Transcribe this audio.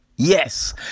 Yes